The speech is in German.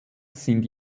sind